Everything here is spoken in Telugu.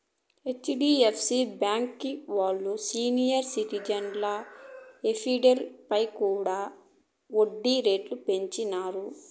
హెచ్.డీ.ఎఫ్.సీ బాంకీ ఓల్లు సీనియర్ సిటిజన్ల ఎఫ్డీలపై కూడా ఒడ్డీ రేట్లు పెంచినారు